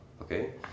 okay